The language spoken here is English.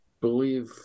believe